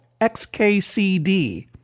XKCD